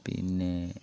പിന്നെ